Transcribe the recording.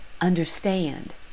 understand